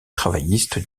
travailliste